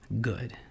good